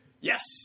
Yes